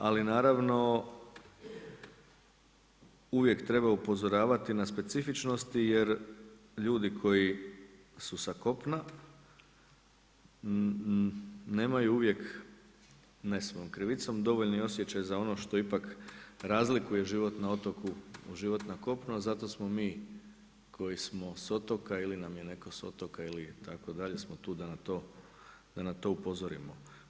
Ali naravno uvijek treba upozoravati na specifičnosti jer ljudi koji su sa kopna nemaju uvijek, ne svojoj krivicom, dovoljni osjećaj za ono što ipak razlikuje život na otoku od života na kopnu a zato smo mi koji smo s otoka ili nam je netko sa otoka itd., smo tu da na to upozorimo.